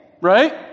right